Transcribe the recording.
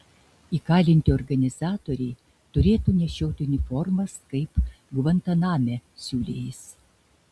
įkalinti organizatoriai turėtų nešioti uniformas kaip gvantaname siūlė jis